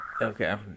Okay